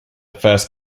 first